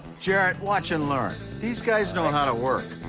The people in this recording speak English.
jared watch and learn these guys know how to work